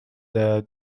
the